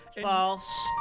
False